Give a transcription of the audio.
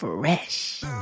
Fresh